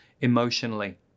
emotionally